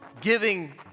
giving